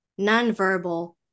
nonverbal